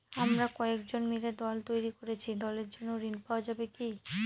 আমরা কয়েকজন মিলে দল তৈরি করেছি দলের জন্য ঋণ পাওয়া যাবে কি?